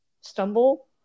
stumble